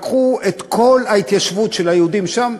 לקחו את כל ההתיישבות של היהודים שם,